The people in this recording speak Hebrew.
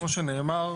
כמו שנאמר,